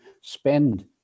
spend